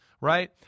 right